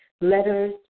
letters